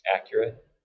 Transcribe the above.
accurate